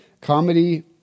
comedy